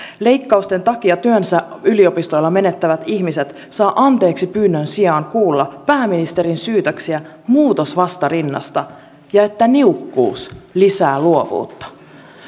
leikkausten takia työnsä yliopistolla menettävät ihmiset saavat anteeksipyynnön sijaan kuulla pääministerin syytöksiä muutosvastarinnasta ja sen että niukkuus lisää luovuutta